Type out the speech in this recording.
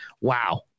wow